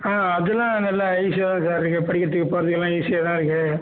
ஆ அதலாம் நல்லா ஈஸியாக தான் சார் இருக்குது படிக்கிறதுக்கு போகிறதுக்கு எல்லாம் ஈஸியாக தான் இருக்குது